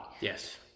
Yes